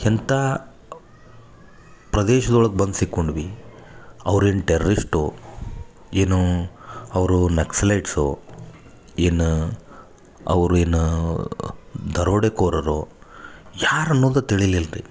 ಎಂತಾ ಪ್ರದೇಶ್ದೊಳಗ್ ಬಂದು ಸಿಕ್ಕೊಂಡ್ವಿ ಅವ್ರೇನು ಟೆರರಿಸ್ಟೋ ಏನು ಅವರು ನಕ್ಸಲೇಟ್ಸೋ ಏನು ಅವ್ರೇನು ದರೋಡೆಕೋರರೋ ಯಾರು ಅನ್ನದು ತಿಳಿಲಿಲ್ಲ ರೀ